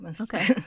Okay